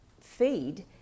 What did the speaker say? Feed